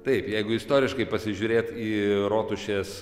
taip jeigu istoriškai pasižiūrėt į rotušės